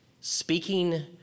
Speaking